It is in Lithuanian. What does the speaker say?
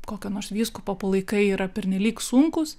kokio nors vyskupo palaikai yra pernelyg sunkūs